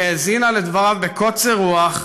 היא האזינה לדבריו בקוצר רוח,